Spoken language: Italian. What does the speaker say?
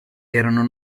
erano